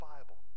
Bible